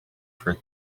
for